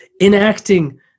enacting